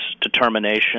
determination